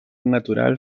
natural